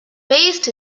based